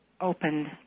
opened